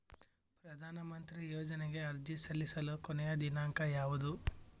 ಪ್ರಧಾನ ಮಂತ್ರಿ ಯೋಜನೆಗೆ ಅರ್ಜಿ ಸಲ್ಲಿಸಲು ಕೊನೆಯ ದಿನಾಂಕ ಯಾವದು?